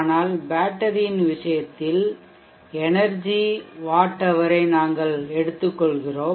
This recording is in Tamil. ஆனால் பேட்டரியின் விஷயத்தில் எனெர்ஜி வாட் ஹவரை நாங்கள் கருதுகிறோம்